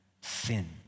sin